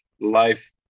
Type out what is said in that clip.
life